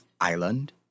Island